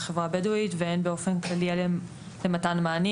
הן בחברה הבדואית והן באופן כללי לטובת מתן מענים